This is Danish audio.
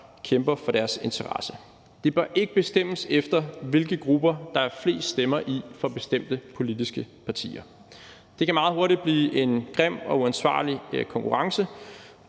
kæmper for deres interesser. Det bør ikke bestemmes efter, hvilke grupper der er flest stemmer i for bestemte politiske partier. Det kan meget hurtigt blive en grim og uansvarlig konkurrence.